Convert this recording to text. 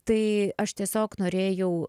tai aš tiesiog norėjau